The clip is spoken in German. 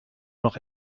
noch